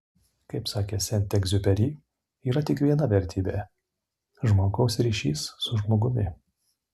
kaip sakė sent egziuperi yra tik viena vertybė žmogaus ryšys su žmogumi